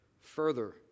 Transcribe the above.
further